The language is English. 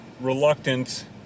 reluctant